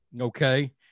okay